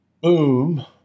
Boom